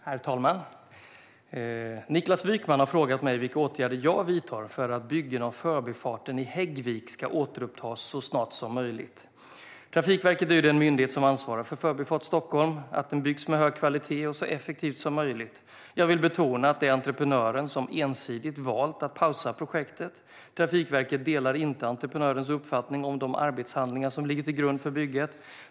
Herr talman! Niklas Wykman har frågat mig vilka åtgärder jag vidtar för att bygget av Förbifarten i Häggvik ska återupptas så snart som möjligt. Trafikverket är den myndighet som ansvarar för att Förbifart Stockholm byggs med hög kvalitet och så effektivt som möjligt. Jag vill betona att det är entreprenören som ensidigt valt att pausa projektet. Trafikverket delar inte entreprenörens uppfattning om de arbetshandlingar som ligger till grund för bygget.